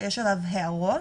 שיש עליו הערות,